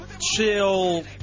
Chill